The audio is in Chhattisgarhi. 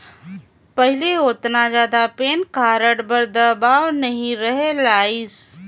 पहिले ओतना जादा पेन कारड बर दबाओ नइ रहें लाइस